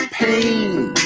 pain